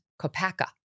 Kopaka